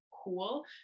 cool